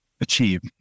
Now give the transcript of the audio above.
achieve